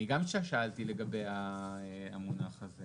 אני גם שאלתי לגבי המונח הזה.